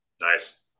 Nice